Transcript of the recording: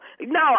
No